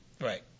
right